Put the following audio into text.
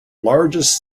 largest